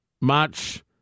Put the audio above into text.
March